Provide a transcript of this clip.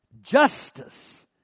Justice